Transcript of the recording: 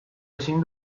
ezin